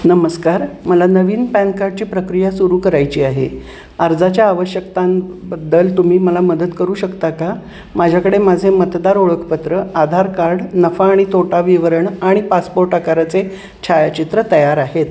नमस्कार मला नवीन पॅन कार्डची प्रक्रिया सुरू करायची आहे अर्जाच्या आवश्यकतांबद्दल तुम्ही मला मदत करू शकता का माझ्याकडे माझे मतदार ओळखपत्र आधार कार्ड नफा आणि तोटा विवरण आणि पासपोर्ट आकाराचे छायाचित्र तयार आहेत